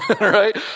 right